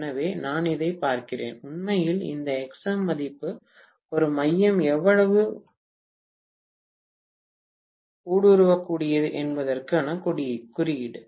எனவே நான் இதைப் பார்க்கிறேன் உண்மையில் இந்த எக்ஸ்எம் மதிப்பு ஒரு மையம் எவ்வளவு ஊடுருவக்கூடியது என்பதற்கான குறியீடு